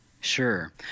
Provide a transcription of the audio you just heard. Sure